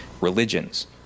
Religions